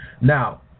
Now